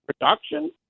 production